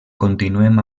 continuen